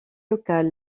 local